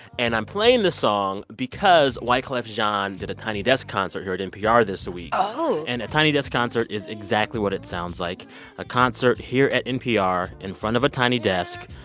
and i'm playing this song because wyclef jean did a tiny desk concert here at npr this week oh and a tiny desk concert is exactly what it sounds like a concert here at npr in front of a tiny desk,